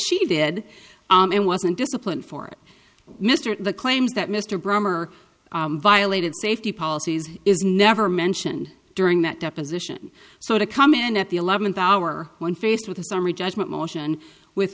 she did and wasn't disciplined for it mr the claims that mr brymer violated safety policies is never mentioned during that deposition so to come in at the eleventh hour when faced with a summary judgment motion with